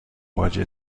باجه